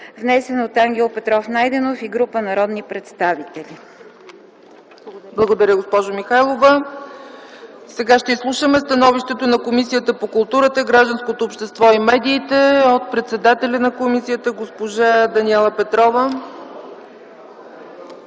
внесен от Ангел Петров Найденов и група народни представители.” ПРЕДСЕДАТЕЛ ЦЕЦКА ЦАЧЕВА: Благодаря, госпожо Михайлова. Сега ще изслушаме становището на Комисията по културата, гражданското общество и медиите от председателя на комисията госпожа Даниела Петрова.